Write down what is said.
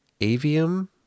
avium